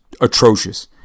atrocious